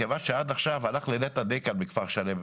כיוון שעד עכשיו הלך לנת"ע די קל בכפר שלם,